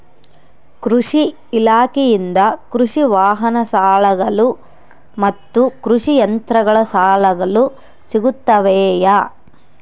ಕೃಷಿ ಇಲಾಖೆಯಿಂದ ಕೃಷಿ ವಾಹನ ಸಾಲಗಳು ಮತ್ತು ಕೃಷಿ ಯಂತ್ರಗಳ ಸಾಲಗಳು ಸಿಗುತ್ತವೆಯೆ?